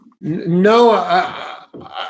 No